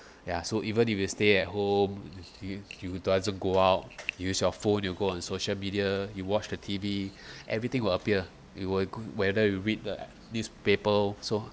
ya so even if you stay at home you you doesn't go out use your phone you go on social media you watch the T_V everything will appear it will whether you read the newspaper so